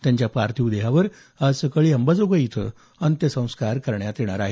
त्यांच्या पार्थिव देहावर आज सकाळी अंबाजोगाई इथं अंत्यसंस्कार करण्यात येणार आहेत